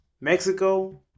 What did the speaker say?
Mexico